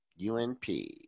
UNP